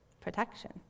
protection